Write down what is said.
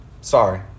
Sorry